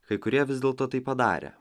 kai kurie vis dėlto tai padarė